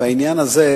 בעניין הזה,